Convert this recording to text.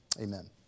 Amen